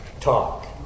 talk